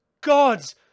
Gods